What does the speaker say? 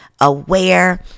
aware